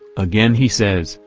again he says,